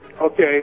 Okay